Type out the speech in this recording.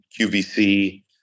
QVC